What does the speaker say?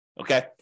okay